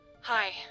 Hi